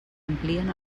amplien